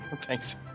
Thanks